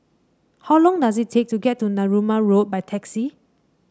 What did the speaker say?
how long does it take to get to Narooma Road by taxi